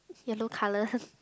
yellow colours